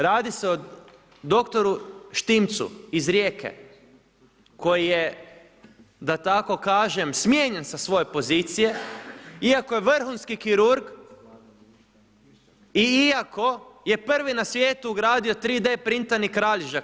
Radi se o doktoru Štimcu iz Rijeke koji je da tako kažem smijenjen sa svoje pozicije iako je vrhunski kirurg i iako je prvi na svijetu ugradio 3D printani kralježak.